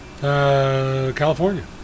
California